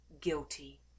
guilty